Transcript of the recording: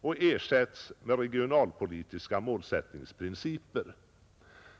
och ersätts med regionalpolitiska målsättningsprinciper.